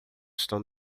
estão